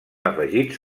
afegits